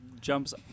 jumps